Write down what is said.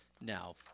now